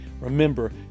remember